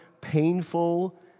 painful